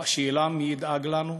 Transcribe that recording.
אבל השאלה: מי ידאג לנו,